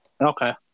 Okay